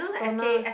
toner